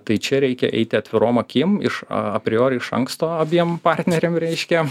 tai čia reikia eiti atvirom akim iš apriori iš anksto abiem partneriam reiškia